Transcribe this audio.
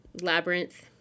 Labyrinth